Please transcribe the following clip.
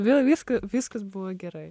vėl viską viskas buvo gerai